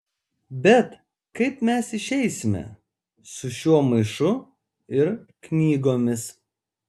bet kaip mes išeisime su šiuo maišu ir knygomis